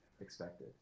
expected